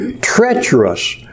treacherous